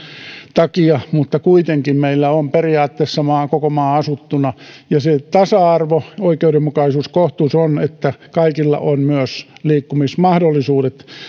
takia mutta kuitenkin meillä on periaatteessa koko maa asuttuna ja tasa arvo oikeudenmukaisuus ja kohtuus on että kaikilla on myös liikkumismahdollisuudet